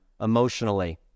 emotionally